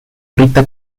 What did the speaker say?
rita